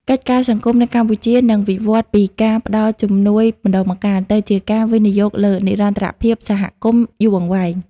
កិច្ចការសង្គមនៅកម្ពុជានឹងវិវឌ្ឍពីការផ្តល់ជំនួយម្តងម្កាល ទៅជាការវិនិយោគលើ និរន្តរភាពសហគមន៍ យូរអង្វែង។